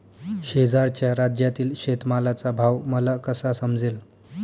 शेजारच्या राज्यातील शेतमालाचा भाव मला कसा समजेल?